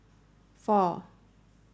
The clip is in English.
four